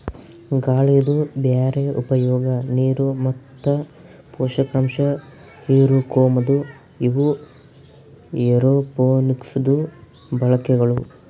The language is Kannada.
ಗಾಳಿದು ಬ್ಯಾರೆ ಉಪಯೋಗ, ನೀರು ಮತ್ತ ಪೋಷಕಾಂಶ ಹಿರುಕೋಮದು ಇವು ಏರೋಪೋನಿಕ್ಸದು ಬಳಕೆಗಳು